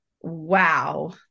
wow